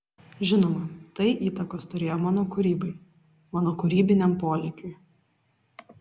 žinoma tai įtakos turėjo mano kūrybai mano kūrybiniam polėkiui